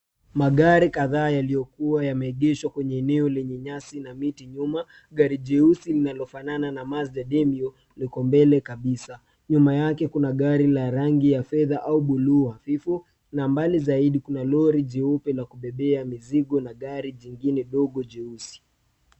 Magari kadhaa yaliyokuwa yameengeshwa kwenye eneo lenye nyasi na miti nyuma gari jeusi linalofanana na Mazda demio liko mbele kabisa. Nyuma yake kuna gari la rangi ya fedha au buluu afifu na mbali zaidi kuna lori jeupe la kubebea mizigo na gari jingine ndogo jeusi.